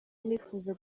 nifuza